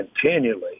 continually